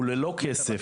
הוא ללא כסף.